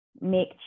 make